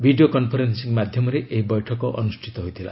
video conferencing ମାଧ୍ୟମରେ ଏହି ବୈଠକ ଅନୁଷ୍ଠିତ ହୋଇଥିଲା